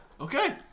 Okay